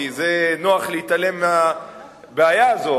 כי נוח להתעלם מהבעיה הזו,